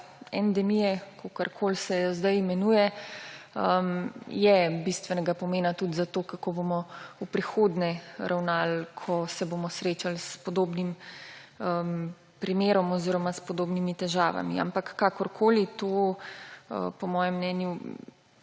endemije, kakorkoli se jo imenuje, bistvenega pomena tudi zato, kako bomo v prihodnje ravnali, ko se bom srečali s podobnim primerom oziroma s podobnimi težavami. Ampak kakorkoli, to po mojem mnenju